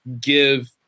give